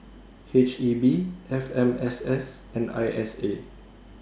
H E B F M S S and I S A